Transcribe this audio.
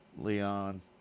leon